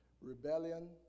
Rebellion